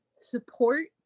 Support